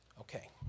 Okay